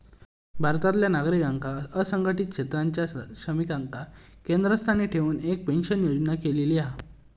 भारतातल्या नागरिकांका असंघटीत क्षेत्रातल्या श्रमिकांका केंद्रस्थानी ठेऊन एक पेंशन योजना केलेली हा